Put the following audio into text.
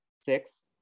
Six